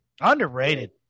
underrated